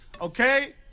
okay